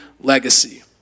legacy